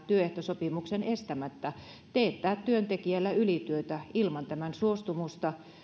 työehtosopimuksen estämättä teettää työntekijällä ylityötä ilman tämän suostumusta